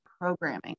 programming